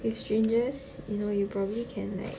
with strangers you know you probably can like